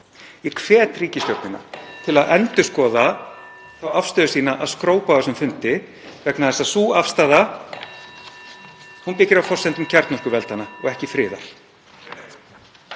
Ég hvet ríkisstjórnina til að endurskoða afstöðu sína að skrópa á þessum fundi vegna þess að sú afstaða byggist á forsendum kjarnorkuveldanna en ekki friðar.